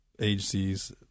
agencies